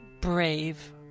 brave